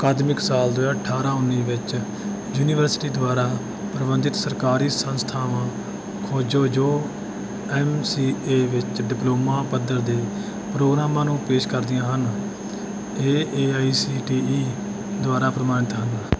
ਅਕਾਦਮਿਕ ਸਾਲ ਦੋ ਹਜ਼ਾਰ ਅਠਾਰਾਂ ਉੱਨੀ ਵਿੱਚ ਯੂਨੀਵਰਸਿਟੀ ਦੁਆਰਾ ਪ੍ਰਬੰਧਿਤ ਸਰਕਾਰੀ ਸੰਸਥਾਵਾਂ ਖੋਜੋ ਜੋ ਐਮ ਸੀ ਏ ਵਿੱਚ ਡਿਪਲੋਮਾ ਪੱਧਰ ਦੇ ਪ੍ਰੋਗਰਾਮਾਂ ਨੂੰ ਪੇਸ਼ ਕਰਦੀਆਂ ਹਨ ਅਤੇ ਇਹ A I C T E ਦੁਆਰਾ ਪ੍ਰਵਾਨਿਤ ਹਨ